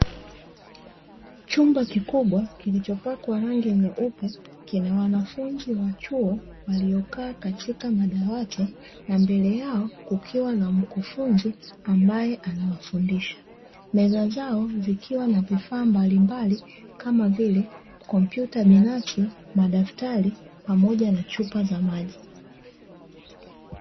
Chumba kikubwa kilichopakwa rangi nyeupe kina wanafunzi wa chuo waliokaa katika madawati na mbele yao kukiwa na mkufunzi ambaye anawafundisha, meza zao zikiwa na vifaa mbalimbali kama vile kompyuta binafsi, madaftari, pamoja na chupa za maji.